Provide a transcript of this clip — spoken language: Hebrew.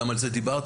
גם על זה דיברתי,